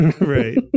Right